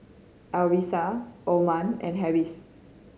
Arissa Umar and Harris